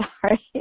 sorry